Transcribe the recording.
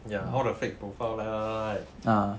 ya all the fake profiles like like like like like